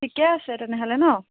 ঠিকে আছে তেনেহ'লে ন